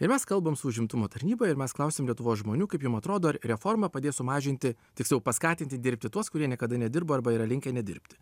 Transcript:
ir mes kalbam su užimtumo tarnyba ir mes klausėme lietuvos žmonių kaip jums atrodo reforma padės sumažinti tiksliau paskatinti dirbti tuos kurie niekada nedirbo arba yra linkę nedirbti